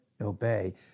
obey